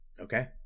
Okay